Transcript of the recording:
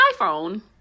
iPhone